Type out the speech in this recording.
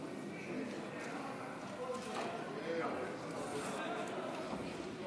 להלן התוצאות: